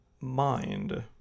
mind